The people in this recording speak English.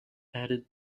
added